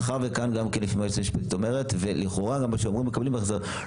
לפי מה שהיועצת המשפטית אומרת ולכאורה גם מה שאתם אומרים שמקבלים החזר,